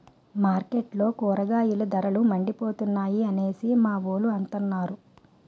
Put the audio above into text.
మార్కెట్లో కూరగాయల ధరలు మండిపోతున్నాయి అనేసి మావోలు అంతన్నారు